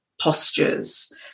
postures